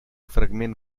fragment